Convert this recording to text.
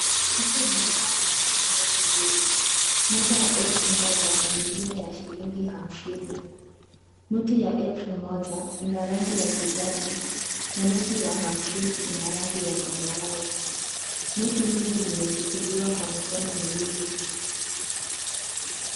Mtu mmoja anashika noti mbili, moja ya elfu moja na nyingine ya shilingi hamsini. Noti ya elfu moja ina rangi ya kijani na noti ya hamsini ina rangi ya zambarau. Noti hizo zimeshikiliwa na mikono miwili.